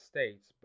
States